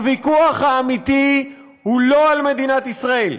הוויכוח האמיתי הוא לא על מדינת ישראל,